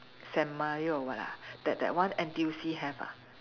San Remo or what ah that that one N_T_U_C have ah